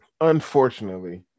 unfortunately